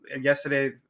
yesterday